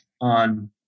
on